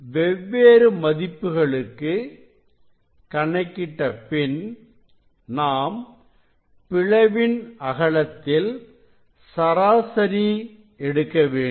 வெவ்வேறு மதிப்புகளுக்கு கணக்கிட்ட பின் நாம் பிளவின் அகலத்தில் சராசரி எடுக்க வேண்டும்